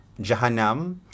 Jahannam